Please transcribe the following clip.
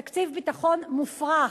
תקציב ביטחון מופרך.